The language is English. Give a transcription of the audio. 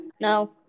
No